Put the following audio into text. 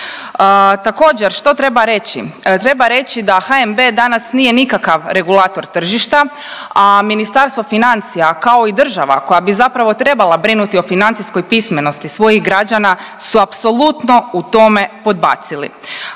Također što treba reći? Treba reći da HNB danas nije nikakav regulator tržišta, a Ministarstvo financija kao i država koja bi zapravo trebala brinuti o financijskoj pismenosti svojih građana su apsolutno u tome podbacili.